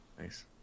Nice